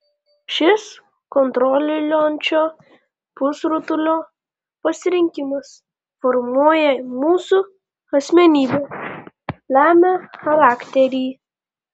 šis kontroliuojančio pusrutulio pasirinkimas formuoja mūsų asmenybę lemia charakterį